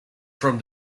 from